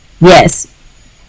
yes